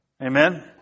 Amen